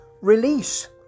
release